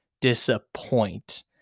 disappoint